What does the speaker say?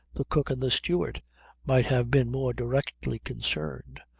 the cook and the steward might have been more directly concerned.